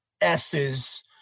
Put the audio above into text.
S's